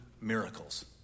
miracles